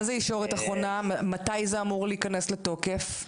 מה זה ישורת אחרונה, מתי זה אמור להיכנס לתוקף?